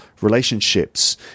relationships